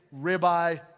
ribeye